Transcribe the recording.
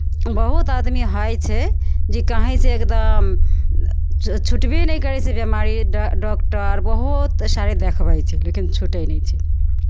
बहुत आदमी होइ छै जे कहीँसँ एकदम छु छुटबे नहि करै छै बिमारी डा डॉक्टर बहुत सारे देखबै छै लेकिन छूटैत नहि छै